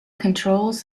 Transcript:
controls